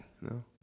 No